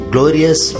Glorious